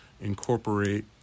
incorporate